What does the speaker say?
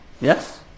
yes